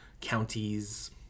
counties